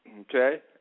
Okay